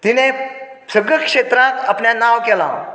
तिणें सगळे क्षेत्रात आपलें नांव केलां